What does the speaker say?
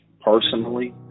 personally